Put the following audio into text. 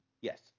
Yes